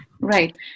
Right